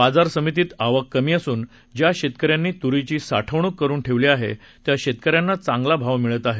बाजार समितीत आवक कमी असून ज्या शेतकऱ्यांनी तुरीची साठवणूक करून ठेवली होती त्या शेतकऱ्यांना चांगला भाव मिळत आहे